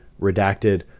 redacted